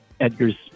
Edgar's